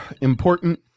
important